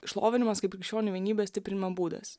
šlovinimas kaip krikščionių vienybės stiprinimo būdas